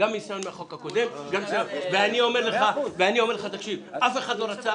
אני מנהל את הדיונים,